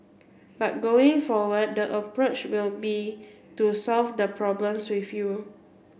but going forward the approach will be to solve the problems with you